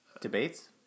Debates